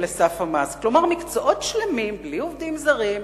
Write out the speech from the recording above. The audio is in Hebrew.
לסף המס, כלומר, מקצועות שלמים בלי עובדים זרים,